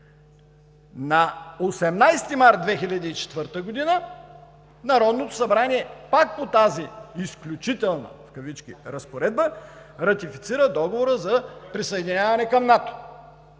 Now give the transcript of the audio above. На 18 март 2004 г. Народното събрание пак по тази „изключителна разпоредба“ ратифицира Договора за присъединяване към НАТО.